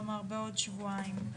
כלומר בעוד שבועיים.